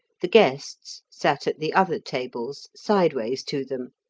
the guests sat at the other tables sideways to them,